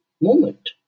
moment